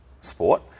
sport